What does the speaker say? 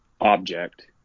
object